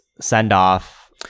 send-off